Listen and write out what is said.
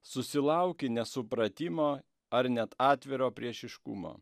susilauki nesupratimo ar net atviro priešiškumo